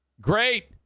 great